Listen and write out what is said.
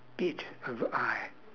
bit of eye